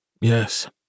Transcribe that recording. Yes